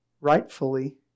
rightfully